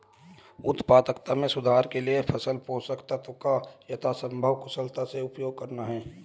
उत्पादकता में सुधार के लिए फसल पोषक तत्वों का यथासंभव कुशलता से उपयोग करना है